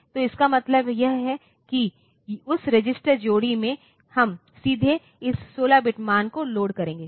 तो इसका मतलब यह है कि उस रजिस्टर जोड़ी में हम सीधे इस 16 बिट मान को लोड करेंगे